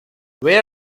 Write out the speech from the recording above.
where